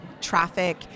traffic